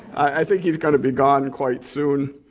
i think he's gonna be gone quite soon.